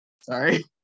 Sorry